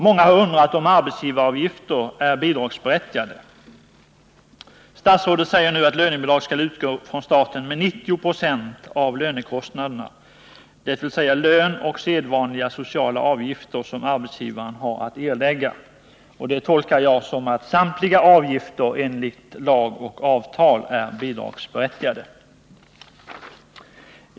Många har undrat om arbetsgivaravgifter är bidragsberättigade. Statsrådet säger nu att lönebidrag skall utgå från staten med 90 96 av lönekostnaderna, dvs. lön och sedvanliga sociala avgifter som arbetsgivaren har att erlägga. Det tolkar jag som att samtliga avgifter enligt lag och avtal är bidragsberättigade.